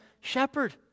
shepherd